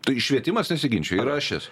tai švietimas nesiginčiju yra ašis